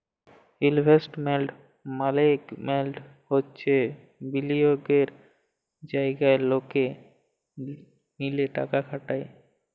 investment মাল্যেগমেন্ট হচ্যে বিলিয়গের জায়গা লকে মিলে টাকা খাটায়